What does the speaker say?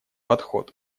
подход